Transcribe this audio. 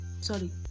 sorry